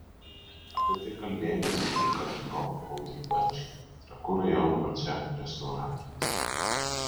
apie tai kalbėjomės su kardinolu audriu bačkiu trakų rajono valdžia restauratoriais